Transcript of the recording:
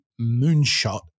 moonshot